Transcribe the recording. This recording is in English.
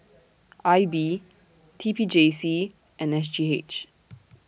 I B T P J C and S G H